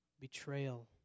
Betrayal